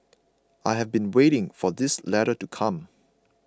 I have been waiting for this letter to come